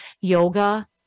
yoga